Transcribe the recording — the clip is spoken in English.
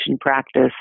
practice